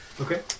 Okay